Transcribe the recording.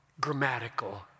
grammatical